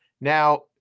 Now